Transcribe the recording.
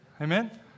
Amen